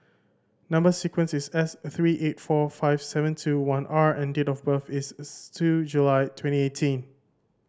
number sequence is S three eight four five seven two one R and date of birth is two July twenty eighteen